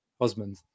Osmond